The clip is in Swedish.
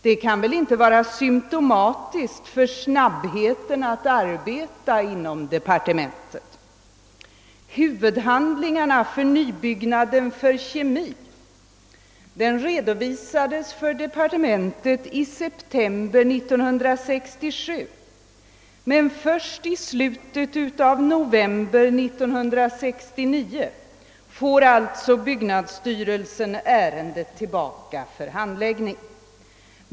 Detta kan väl inte vara symtomatiskt för snabbheten att arbeta inom departementet? Huvudhandlingarna för nybyggnaden för kemi redovisades för departementet i september 1967, men först i slutet av november 1969 fick byggnadsstyrelsen ärendet tillbaka för handläggning.